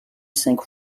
cinq